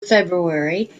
february